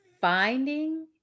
finding